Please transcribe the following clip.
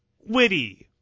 witty